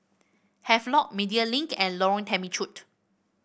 Havelock Media Link and Lorong Temechut